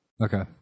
Okay